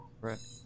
right